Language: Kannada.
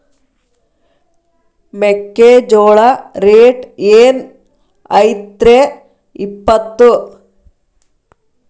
ಮೆಕ್ಕಿಜೋಳ ರೇಟ್ ಏನ್ ಐತ್ರೇ ಇಪ್ಪತ್ತು?